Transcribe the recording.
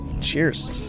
Cheers